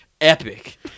epic